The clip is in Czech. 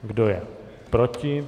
Kdo je proti?